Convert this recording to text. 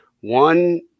one